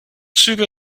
züge